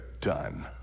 done